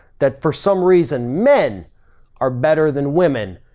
that for some reason men are better than women.